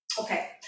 okay